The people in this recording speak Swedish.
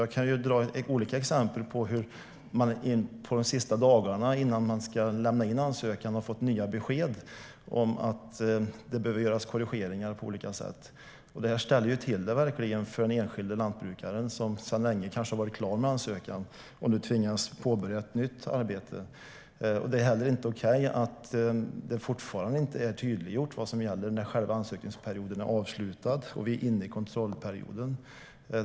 Jag kan ge olika exempel på hur man de sista dagarna innan man ska lämna in ansökan har fått nya besked om att det behöver göras korrigeringar på olika sätt. Det ställer verkligen till det för den enskilde lantbrukaren som sedan länge kanske har varit klar med ansökan och då tvingas påbörja ett nytt arbete. Det är heller inte okej att det fortfarande inte är tydliggjort vad som gäller när själva ansökningsperioden är avslutad och man är inne i kontrollperioden.